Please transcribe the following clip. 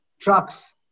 trucks